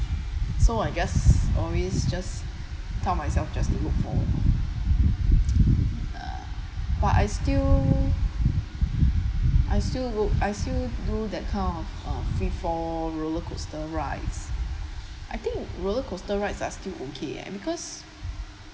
so I guess always just tell myself just to look for uh but I still I still look I still do that kind of a free fall roller coaster rides I think roller coaster rides are still okay eh because